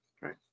right